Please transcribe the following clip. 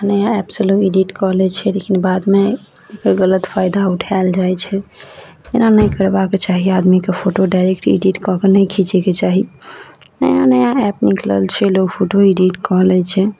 नया एपसे लोक एडिट कऽ लै छै लेकिन बादमे एकर गलत फैदा उठाएल जाइ छै एना नहि करबाक चाही आदमीकेँ फोटो डाइरेक्ट एडिट कऽ कऽ नहि खिचैके चाही नया नया एप निकलल छै लोक फोटो एडिट कऽ लै छै